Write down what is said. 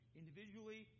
individually